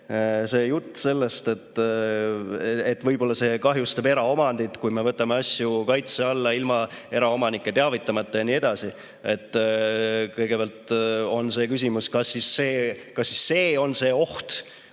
see jutt, et võib-olla see kahjustab eraomandit, kui me võtame asju kaitse alla ilma eraomanikke teavitamata jne. Kõigepealt on see küsimus, kas see on see oht,